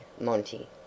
Monty